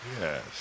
Yes